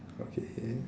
okay